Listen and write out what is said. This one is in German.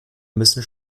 müssen